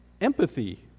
empathy